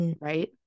Right